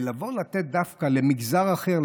ולבוא לתת דווקא למגזר אחר,